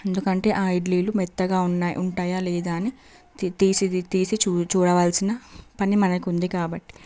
ఎందుకంటే ఆ ఇడ్లీలు మెత్తగా ఉన్నాయి ఉంటాయా లేదా అని తీసి తీసి చూడాల్సిన పని మనకు ఉంది కాబట్టి